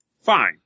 fine